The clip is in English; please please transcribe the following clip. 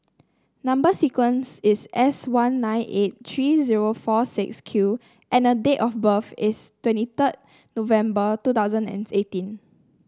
number sequence is S one nine eight three zero four six Q and date of birth is twenty third November two thousand and eighteen